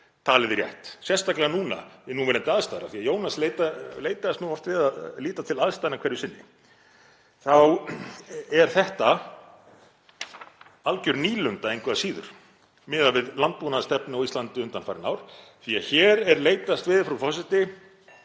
talið rétt, sérstaklega við núverandi aðstæður af því að Jónas leitaðist oft við að líta til aðstæðna hverju sinni, þá er þetta algjör nýlunda engu að síður miðað við landbúnaðarstefnu á Íslandi undanfarin ár því að hér er leitast við, frú forseti,